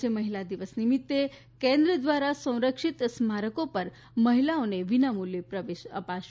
આજે મહિલા દિવસ નિમિત્તે કેન્દ્ર દ્વારા સંરક્ષિત સ્મારકો પર મહિલાઓને વિનામુલ્ચે પ્રવેશ અપાશે